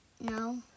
No